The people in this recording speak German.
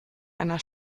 einer